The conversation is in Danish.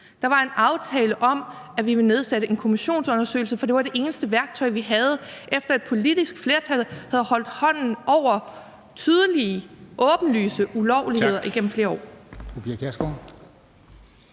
Der var en aftale om, at vi ville få foretaget en kommissionsundersøgelse, for det var det eneste værktøj, vi havde, efter at et politisk flertal havde holdt hånden over tydelige, åbenlyse ulovligheder igennem flere år.